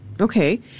Okay